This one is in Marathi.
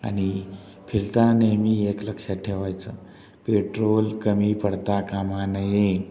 आणि फिरताना नेहमी एक लक्षात ठेवायचं पेट्रोल कमी पडता कामा नये